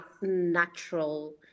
natural